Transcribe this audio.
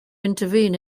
intervene